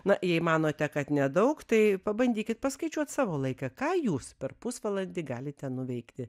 na jei manote kad nedaug tai pabandykit paskaičiuot savo laiką ką jūs per pusvalandį galite nuveikti